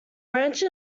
branch